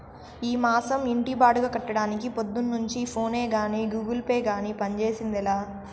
ఈ మాసం ఇంటి బాడుగ కట్టడానికి పొద్దున్నుంచి ఫోనే గానీ, గూగుల్ పే గానీ పంజేసిందేలా